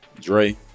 dre